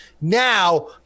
Now